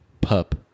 pup